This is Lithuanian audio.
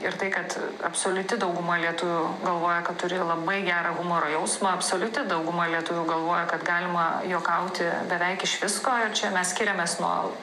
ir tai kad absoliuti dauguma lietuvių galvoja kad turi labai gerą humoro jausmą absoliuti dauguma lietuvių galvoja kad galima juokauti beveik iš visko ir čia mes skiriamės nuo